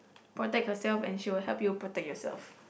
protect herself and she will help you project youself